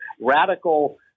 radical